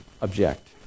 object